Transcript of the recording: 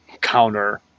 counter